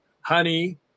honey